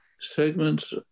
segments